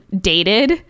dated